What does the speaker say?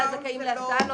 תסמונת דאון זה לא מוגבלות.